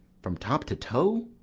from top to toe?